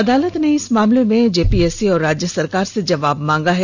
अदालत ने इस मामले में जेपीएससी और राज्य सरकार से जबाब मांगा है